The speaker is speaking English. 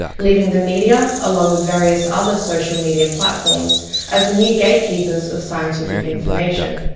leaving the media along with various other social media platforms as the new gate keepers of scientific information.